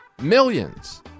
millions